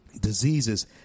Diseases